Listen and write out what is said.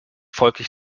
folglich